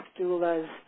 doulas